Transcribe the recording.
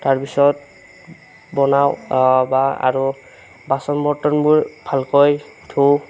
তাৰপিছত বনাওঁ বা আৰু বাচন বৰ্তনবোৰ ভালকৈ ধোওঁ